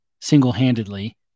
single-handedly